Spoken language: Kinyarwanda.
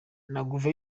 wacu